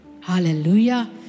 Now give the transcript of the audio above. Hallelujah